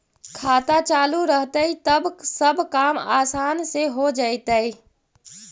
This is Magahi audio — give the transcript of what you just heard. खाता चालु रहतैय तब सब काम आसान से हो जैतैय?